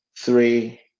Three